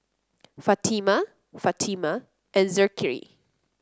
Fatimah Fatimah and Zikri